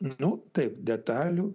nu taip detalių